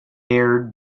aired